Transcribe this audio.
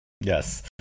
Yes